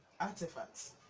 Artifacts